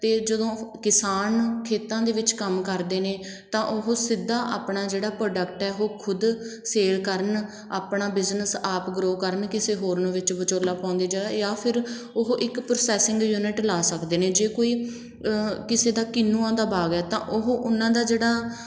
ਅਤੇ ਜਦੋਂ ਕਿਸਾਨ ਨੂੰ ਖੇਤਾਂ ਦੇ ਵਿੱਚ ਕੰਮ ਕਰਦੇ ਨੇ ਤਾਂ ਉਹ ਸਿੱਧਾ ਆਪਣਾ ਜਿਹੜਾ ਪ੍ਰੋਡਕਟ ਹੈ ਉਹ ਖੁਦ ਸੇਲ ਕਰਨ ਆਪਣਾ ਬਿਜ਼ਨਸ ਆਪ ਗਰੋ ਕਰਨ ਕਿਸੇ ਹੋਰ ਨੂੰ ਵਿੱਚ ਵਿਚੋਲਾ ਪਾਉਣ ਦੀ ਜਗ੍ਹਾ ਜਾਂ ਫਿਰ ਉਹ ਇੱਕ ਪ੍ਰੋਸੈਸਿੰਗ ਯੂਨਿਟ ਲਗਾ ਸਕਦੇ ਨੇ ਜੇ ਕੋਈ ਕਿਸੇ ਦਾ ਕਿੰਨੂਆਂ ਦਾ ਬਾਗ ਹੈ ਤਾਂ ਉਹ ਉਹਨਾਂ ਦਾ ਜਿਹੜਾ